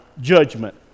judgment